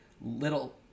little